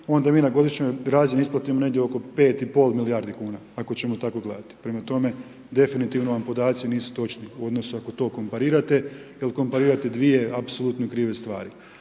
onda mi na godišnjoj razini isplatimo negdje oko 5,5 milijardi kuna, ako ćemo tako gledati, prema tome definitivno vam podaci nisu točni u odnosu ako to komparirate, jer komparirate dvije apsolutno krive stvari.